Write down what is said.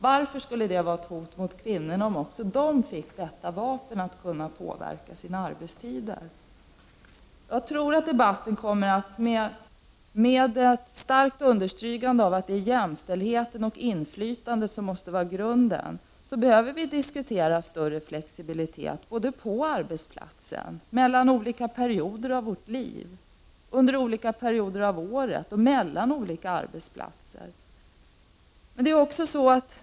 Varför skulle det vara ett hot mot kvinnorna om också de finge ett vapen, så att de kan påverka sina arbetstider? Med ett starkt understrykande av att det är jämställdheten och inflytandet som måste utgöra grunden är vi tvungna att diskutera större flexibilitet på arbetsplatsen med hänsyn till olika perioder av livet, olika perioder av året och också med tanke på att man kan ha olika arbetsplatser.